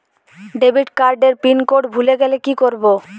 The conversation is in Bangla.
ডেবিটকার্ড এর পিন কোড ভুলে গেলে কি করব?